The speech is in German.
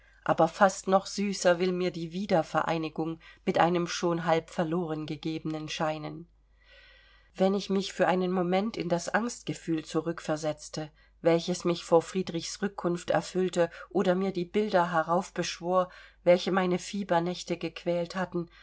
aber fast noch süßer will mir die wiedervereinigung mit einem schon halb verlorengegebenen scheinen wenn ich mich für einen moment in das angstgefühl zurück versetzte welches mich vor friedrichs rückkunft erfüllte oder mir die bilder herauf beschwor welche meine fiebernächte gequält hatten